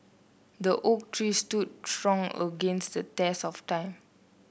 the oak tree stood strong against the test of time